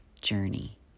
journey